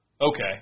Okay